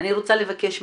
אני רוצה לבקש ממך,